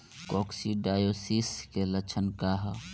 Coccidiosis के लक्षण का ह?